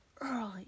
early